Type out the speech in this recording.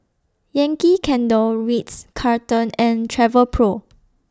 Yankee Candle Ritz Carlton and Travelpro